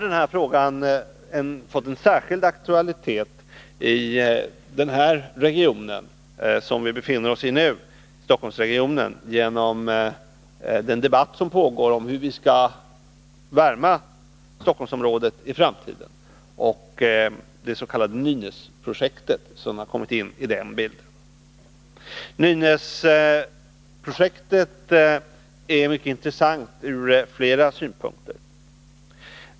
Den här frågan har fått en särskild aktualitet i Stockholmsregionen genom den debatt som pågår om hur vi skall värma Stockholmsområdet i framtiden och om det s.k. Nynäsprojektet, som har kommit in i bilden. Nynäsprojektet är mycket intressant från flera synpunkter.